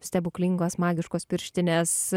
stebuklingos magiškos pirštinės